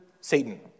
Satan